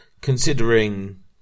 considering